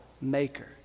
maker